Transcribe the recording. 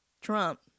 Trump